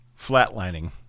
flatlining